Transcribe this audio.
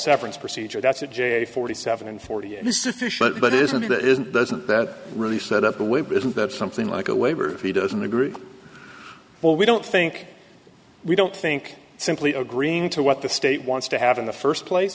severance procedure that's a j forty seven and forty eight is sufficient but isn't that isn't doesn't that really set up the whip isn't that something like a waiver he doesn't agree well we don't think we don't think simply agreeing to what the state wants to have in the first place